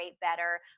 better